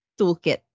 toolkit